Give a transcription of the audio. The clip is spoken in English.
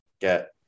get